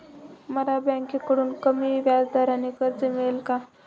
मला बँकेकडून कमी व्याजदराचे कर्ज मिळेल का?